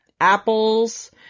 apples